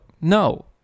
no